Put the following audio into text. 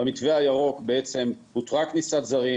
במתווה הירוק הותרה כניסת זרים,